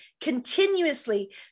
continuously